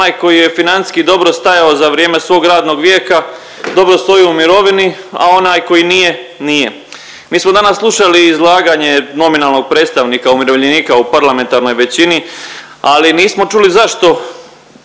onaj koji je financijski dobro stajao za vrijeme svog radnog vijeka, dobro stoji u mirovini, a onaj koji nije, nije. Mi smo danas slušali izlaganje nominalnog predstavnika umirovljenika u parlamentarnoj većini, ali nismo čuli zašto